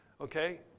okay